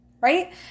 right